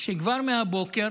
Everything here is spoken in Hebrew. שכבר מהבוקר